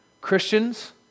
Christians